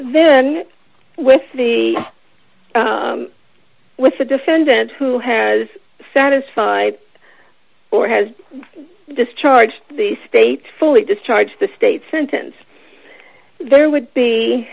then with the with the defendant who has satisfied or has discharged the state fully discharged the state's sentence there would